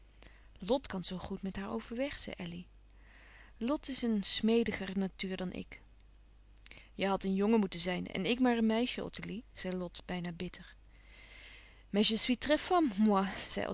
lot kan zoo goed met haar overweg zei elly lot is een smediger natuur dan ik jij hadt een jongen moeten zijn en ik maar een meisje ottilie zei lot bijna bitter mais